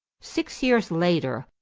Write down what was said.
six years later,